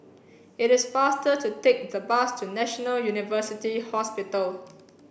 it is faster to take the bus to National University Hospital